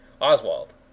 Oswald